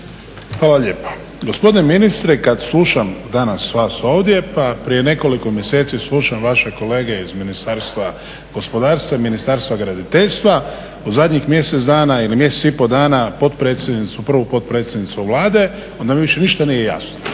Hvala lijepa. Gospodine ministre, kad slušam danas vas ovdje, pa prije nekoliko mjeseci slušam vaše kolege iz Ministarstva gospodarstva i Ministarstva graditeljstva u zadnjih mjesec dana ili mjesec i pol dana, potpredsjednicu prvu potpredsjednicu Vlada onda mi više ništa nije jasno.